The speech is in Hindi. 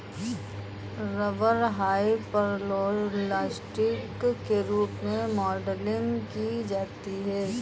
रबर हाइपरलोस्टिक के रूप में मॉडलिंग की जाती है